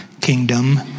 kingdom